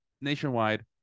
nationwide